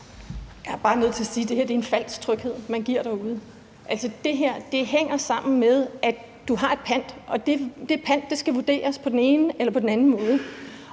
Jeg er bare nødt til at sige, at det her er en falsk tryghed, man giver derude. Altså, det her hænger sammen med, at du har et pant, og at det pant skal vurderes på den ene eller på den anden måde.